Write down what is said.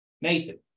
Nathan